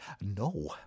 no